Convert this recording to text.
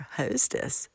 hostess